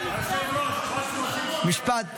משפט סיום.